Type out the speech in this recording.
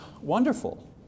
wonderful